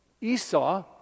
Esau